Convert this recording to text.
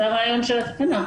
זה הרעיון של התקנה.